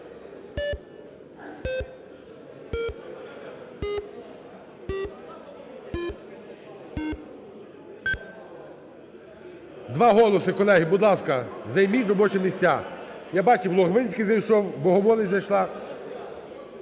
Два голоси, колеги, будь ласка, займіть робочі місця. Я бачив, Логвинський зайшов, Богомолець зайшла.